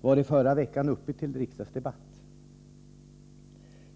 var i förra veckan uppe till riksdagsdebatt.